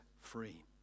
free